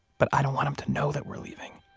but i don't want him to know that we're leaving.